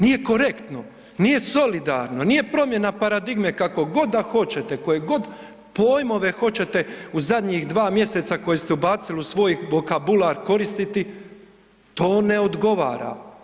Nije korektno, nije solidarno, nije promjena paradigme, kako god da hoćete, koje god pojmove hoćete u zadnjih 2 mjeseca koje ste ubacili u svoj vokabular, koristiti, to ne odgovara.